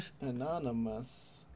Anonymous